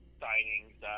signings